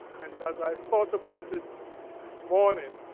and as i thought about it this morning,